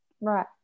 Right